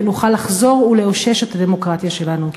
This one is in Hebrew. ונוכל לחזור ולאושש את הדמוקרטיה שלנו.